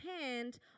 hand